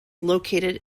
located